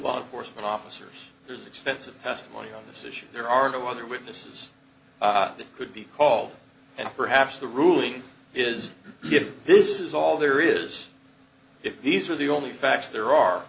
and officers there's extensive testimony on this issue there are no other witnesses that could be called and perhaps the ruling is this is all there is if these are the only facts there are